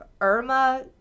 Irma